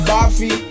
Buffy